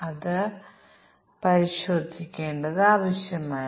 അതിനാൽ എന്താണ് ബദൽ